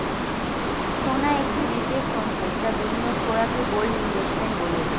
সোনা একটি বিশেষ সম্পদ যা বিনিয়োগ করাকে গোল্ড ইনভেস্টমেন্ট বলে